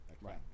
Right